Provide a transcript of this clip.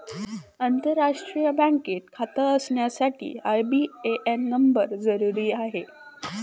आंतरराष्ट्रीय बँकेत खाता असण्यासाठी आई.बी.ए.एन नंबर जरुरी आहे